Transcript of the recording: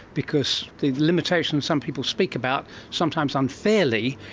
because the limitations some people speak about, sometimes unfairly,